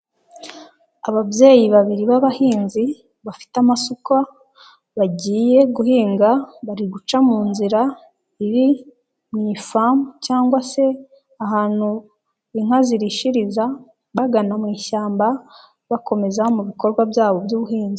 Ababyeyi babiri b'abahinzi bafite amasuka bagiye guhinga, bari guca mu nzira iri mu ifamu cyangwa se ahantu inka zirishiriza, bagana mu ishyamba bakomeza mu bikorwa byabo by'ubuhinzi.